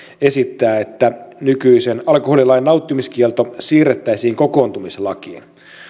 esittää että nykyisen alkoholilain nauttimiskielto siirrettäisiin kokoontumislakiin